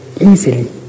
easily